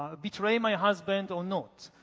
betray my husband or not?